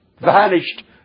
vanished